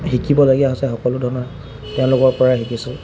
শিকিবলগীয়া হৈছে সকলো ধৰণৰ তেওঁলোকৰপৰাই শিকিছোঁ